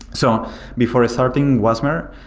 so before starting wasmer,